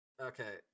Okay